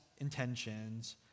intentions